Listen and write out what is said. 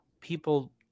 people